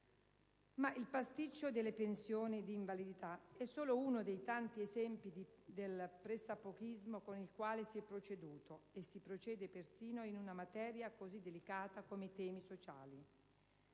Ma il pasticcio delle pensioni di invalidità è solo uno dei tanti esempi del pressappochismo con il quale si è proceduto e si procede persino in materie così delicate come quelle sociali.